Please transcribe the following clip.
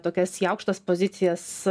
tokias į aukštas pozicijas